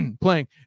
playing